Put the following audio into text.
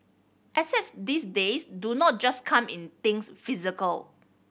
assets these days do not just come in things physical